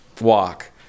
walk